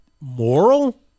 moral